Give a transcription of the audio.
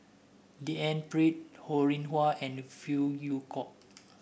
D N Pritt Ho Rih Hwa and Phey Yew Kok